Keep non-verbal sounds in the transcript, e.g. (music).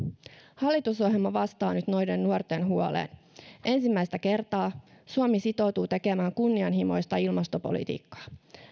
(unintelligible) hallitusohjelma vastaa nyt noiden nuorten huoleen (unintelligible) (unintelligible) (unintelligible) (unintelligible) (unintelligible) (unintelligible) (unintelligible) (unintelligible) ensimmäistä kertaa suomi sitoutuu tekemään kunnianhimoista ilmastopolitiikkaa